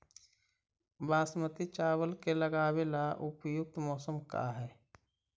बासमती चावल के लगावे ला उपयुक्त मौसम का है?